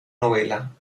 novela